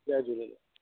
Jay Jhulelal